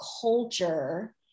culture